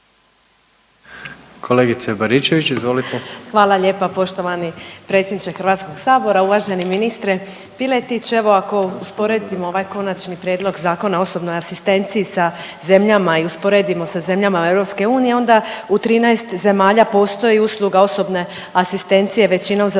izvolite. **Baričević, Danica (HDZ)** Hvala lijepa poštovani predsjedniče Hrvatskog sabora. Uvaženi ministre Piletić evo ako usporedimo ovaj Konačni prijedlog Zakona o osobnoj asistenciji sa zemljama i usporedimo sa zemljama EU onda u 13 zemalja postoji usluga osobne asistencije većinom za starije